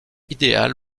idéale